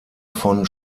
von